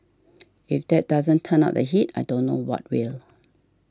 if that doesn't turn up the heat I don't know what will